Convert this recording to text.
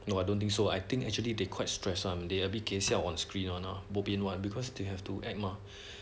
no I don't think so I think actually they quite stress one they a bit 搞笑 on screen one ah bo pian one because you have to act mah